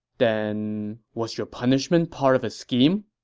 then, was your punishment part of a scheme?